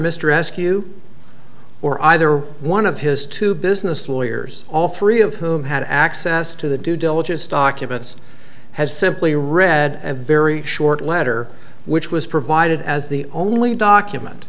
mr eskew or either one of his two business lawyers all three of whom had access to the due diligence documents had simply read a very short letter which was provided as the only document